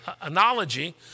analogy